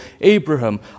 Abraham